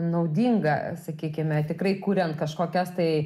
naudinga sakykime tikrai kuriant kažkokias tai